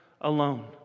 alone